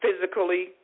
physically